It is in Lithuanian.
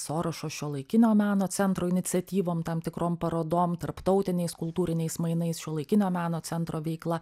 sorošo šiuolaikinio meno centro iniciatyvom tam tikrom parodom tarptautiniais kultūriniais mainais šiuolaikinio meno centro veikla